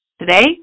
Today